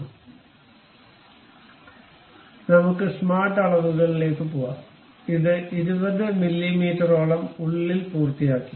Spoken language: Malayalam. അതിനാൽ നമുക്ക് സ്മാർട്ട് അളവുകൾ പോകാം ഇത് 20 മില്ലീമീറ്ററോളം ഉള്ളിൽ പൂർത്തിയാക്കി